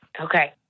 Okay